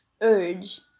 urge